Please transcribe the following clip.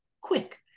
quick